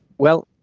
well,